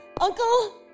Uncle